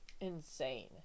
insane